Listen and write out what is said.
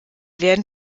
werden